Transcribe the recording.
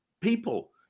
people